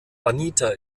anita